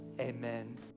Amen